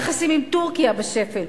היחסים עם טורקיה בשפל.